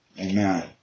Amen